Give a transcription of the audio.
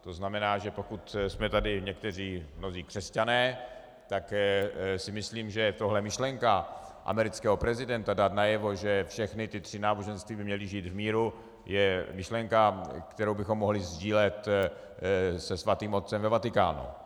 To znamená, že pokud jsme tady někteří mnozí křesťané, tak si myslím, že tahle myšlenka amerického prezidenta dát najevo, že všechna ta tři náboženství by měla žít v míru, je myšlenka, kterou bychom mohli sdílet se Svatým otcem ve Vatikánu.